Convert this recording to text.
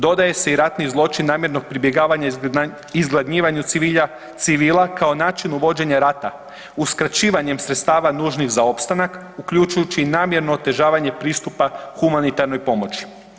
Dodaje se i ratni zločin namjernog pribjegavanja izgladnjivanja civila kao načinu vođenja rata uskraćivanjem sredstava nužnih za opstanak uključujući i namjerno otežavanje pristupa humanitarnoj pomoći.